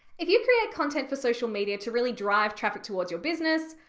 if you create content for social media to really drive traffic towards your business,